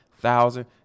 thousand